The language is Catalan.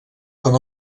com